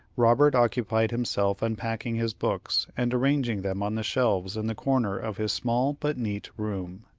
robert occupied himself unpacking his books, and arranging them on the shelves in the corner of his small but neat room.